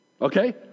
okay